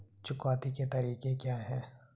चुकौती के तरीके क्या हैं?